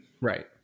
Right